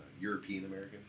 European-American